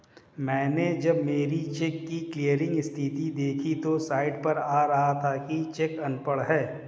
मैनें जब मेरे चेक की क्लियरिंग स्थिति देखी तो साइट पर आ रहा था कि चेक अनपढ़ है